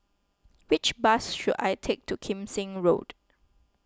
which bus should I take to Kim Seng Road